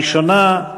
הראשונה,